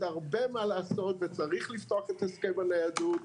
הרבה מה לעשות וצריך לפתוח את הסכם הניידות .